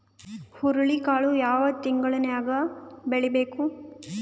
ಹುರುಳಿಕಾಳು ಯಾವ ತಿಂಗಳು ನ್ಯಾಗ್ ಬೆಳಿಬೇಕು?